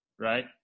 right